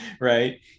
right